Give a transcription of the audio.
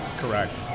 Correct